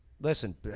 listen